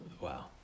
Wow